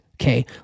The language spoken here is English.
okay